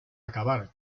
acabar